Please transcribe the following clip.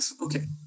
okay